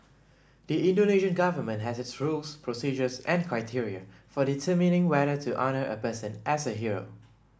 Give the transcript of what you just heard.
the Indonesian government has its rules procedures and criteria for determining whether to honour a person as a hero